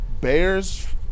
Bear's